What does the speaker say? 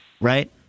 Right